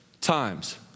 times